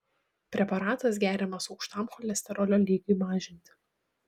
preparatas geriamas aukštam cholesterolio lygiui mažinti